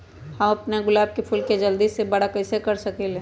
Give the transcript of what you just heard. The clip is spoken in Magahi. हम अपना गुलाब के फूल के जल्दी से बारा कईसे कर सकिंले?